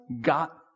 got